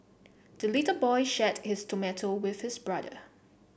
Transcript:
the little boy shared his tomato with his brother